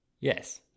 Yes